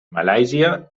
malàisia